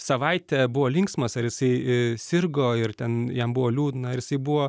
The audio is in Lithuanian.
savaitę buvo linksmas ar jisai sirgo ir ten jam buvo liūdna ar jisai buvo